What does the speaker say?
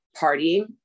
partying